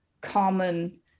common